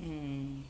um